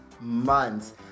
months